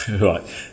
Right